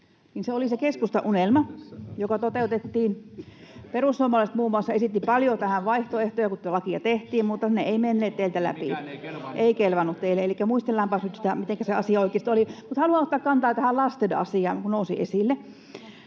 se oli se keskustan unelma, joka toteutettiin. Perussuomalaiset muun muassa esittivät paljon vaihtoehtoja, kun tätä lakia tehtiin, mutta ne eivät menneet teiltä läpi. [Eduskunnasta: Mikään ei kelvannut!] — Ei kelvannut teille. — Elikkä muistellaanpas nyt sitä, mitenkä se asia oikeasti oli. Mutta haluan ottaa kantaa tähän lasten asiaan, kun se nousi esille.